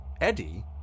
Eddie